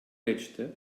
geçti